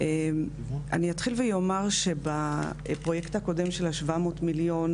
אני אתחיל ואומר שבפרויקט הקודם של ה-700 מיליון,